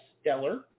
stellar